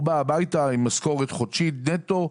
הוא בא הביתה עם משכורת חודשית נטו,